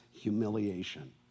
humiliation